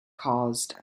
caused